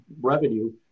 revenue